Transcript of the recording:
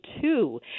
two